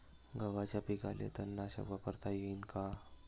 गव्हाच्या पिकाले तननाशक वापरता येईन का?